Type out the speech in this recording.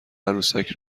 عروسک